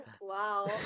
Wow